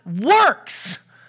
works